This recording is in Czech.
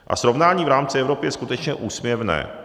A srovnání v rámci Evropy je skutečně úsměvné.